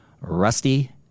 Rusty